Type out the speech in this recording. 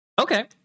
Okay